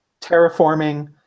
terraforming